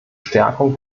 stärkung